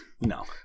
No